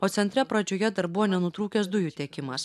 o centre pradžioje dar buvo nenutrūkęs dujų tiekimas